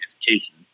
education